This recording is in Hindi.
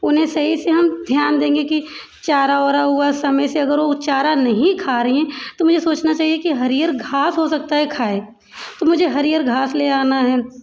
उन्हें हम सही से ध्यान देंगे कि चारा उरा हुआ समय से अगर वो चारा नहीं खा रही हैं तो मुझे सोचना चाहिए कि हरियर घास हो सकता है खाए तो मुझे हरियर घास ले आना है